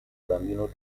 bambino